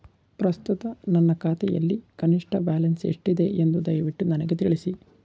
ಪ್ರಸ್ತುತ ನನ್ನ ಖಾತೆಯಲ್ಲಿ ಕನಿಷ್ಠ ಬ್ಯಾಲೆನ್ಸ್ ಎಷ್ಟಿದೆ ಎಂದು ದಯವಿಟ್ಟು ನನಗೆ ತಿಳಿಸಿ